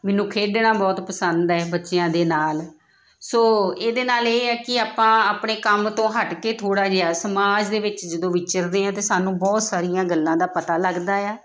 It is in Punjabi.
ਮੈਨੂੰ ਖੇਡਣਾ ਬਹੁਤ ਪਸੰਦ ਹੈ ਬੱਚਿਆਂ ਦੇ ਨਾਲ ਸੋ ਇਹਦੇ ਨਾਲ ਇਹ ਹੈ ਕਿ ਆਪਾਂ ਆਪਣੇ ਕੰਮ ਤੋਂ ਹਟ ਕੇ ਥੋੜ੍ਹਾ ਜਿਹਾ ਸਮਾਜ ਦੇ ਵਿੱਚ ਜਦੋਂ ਵਿਚਰਦੇ ਹਾਂ ਤਾਂ ਸਾਨੂੰ ਬਹੁਤ ਸਾਰੀਆਂ ਗੱਲਾਂ ਦਾ ਪਤਾ ਲੱਗਦਾ ਆ